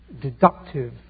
deductive